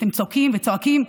אתם צועקים וצועקים,